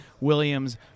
Williams